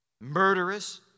murderous